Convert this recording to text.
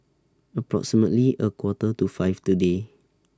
approximately A Quarter to five today